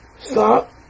Stop